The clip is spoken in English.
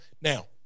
Now